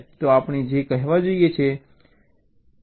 તો આપણે જે કહેવા જઈએ છીએ તે આ છે